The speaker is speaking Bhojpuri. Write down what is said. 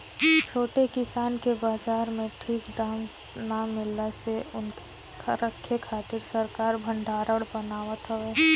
छोट किसान के बाजार में ठीक दाम ना मिलला से उनके रखे खातिर सरकार भडारण बनावत हवे